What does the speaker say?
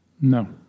No